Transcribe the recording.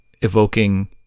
evoking